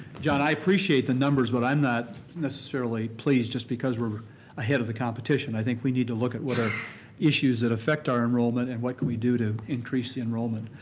john, i appreciate the numbers but i'm not necessarily pleased just because we're ahead of the competition. i think we need to look at what are issues that affect our enrollment and what can we do to increase the enrollment.